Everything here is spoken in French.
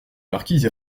marquise